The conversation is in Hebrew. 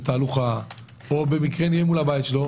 תהלוכה או במקרה נהיה מול הבית שלו,